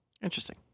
Interesting